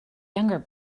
younger